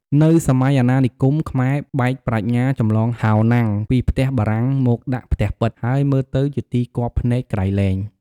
នៅសម័យអាណានិគម ខ្មែរបែកប្រាជ្ញាចម្លងហោណាំងពីផ្ទះបារាំងមកដាក់ផ្ទះប៉ិត ហើយមើលទៅជាទីគាប់ភ្នែកក្រៃលែង ។